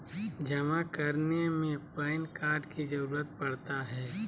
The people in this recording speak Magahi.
जमा करने में पैन कार्ड की जरूरत पड़ता है?